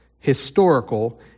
historical